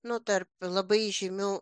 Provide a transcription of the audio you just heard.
nu tarp labai žymių